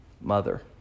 mother